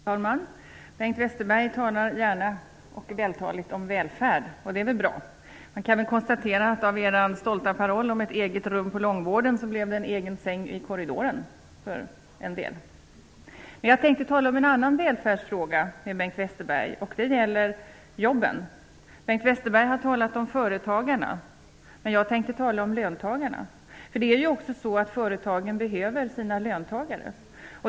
Fru talman! Bengt Westerberg talar gärna och vältaligt om välfärd. Det är bra. Men man kan konstatera att det av er stolta paroll om ett eget rum på långvården blev en egen säng i korridoren för en del. Jag tänkte tala om en annan välfärdsfråga med Bengt Westerberg. Det gäller jobben. Bengt Westerberg har talat om företagarna. Jag tänker tala om löntagarna. Företagen behöver ju sina löntagare.